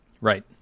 Right